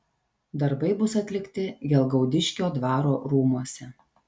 darbai bus atlikti gelgaudiškio dvaro rūmuose